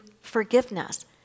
forgiveness